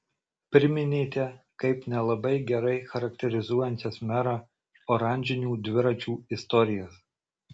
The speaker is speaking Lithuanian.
priminėte kaip nelabai gerai charakterizuojančias merą oranžinių dviračių istorijas